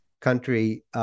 country